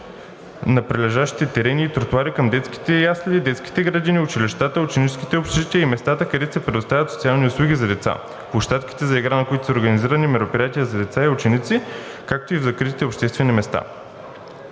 на прилежащите терени и тротоари на детските ясли, детските градини, училищата, ученическите общежития и местата, където се предоставят социални услуги за деца, площадките за игра, на които са организирани мероприятия за деца и ученици, както и в закритите обществени места.